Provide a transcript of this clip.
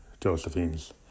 Josephine's